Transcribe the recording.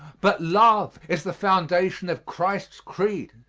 but love is the foundation of christ's creed.